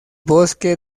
bosque